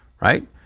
right